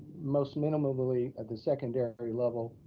most minimally at the secondary level,